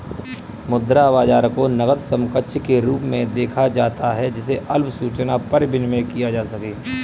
मुद्रा बाजार को नकद समकक्ष के रूप में देखा जाता है जिसे अल्प सूचना पर विनिमेय किया जा सके